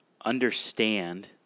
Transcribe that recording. understand